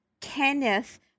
Kenneth